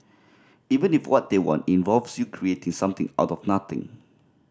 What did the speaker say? even if what they want involves you creating something out of nothing